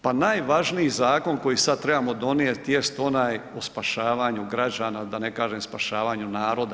Pa najvažniji zakon koji sad trebamo donijeti jest onaj o spašavanju građana da ne kažem spašavanju naroda.